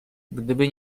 gdyby